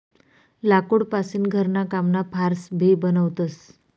लाकूड पासीन घरणा कामना फार्स भी बनवतस